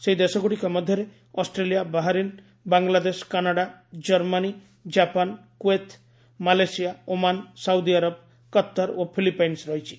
ସେହିଦେଶଗୁଡ଼ିକ ମଧ୍ୟରେ Australia Bahrain Bangladesh Canada Germany Japan Kuwait Malaysia Oman Saudi Arabia Qatar ଓ Philippines ରହିଛି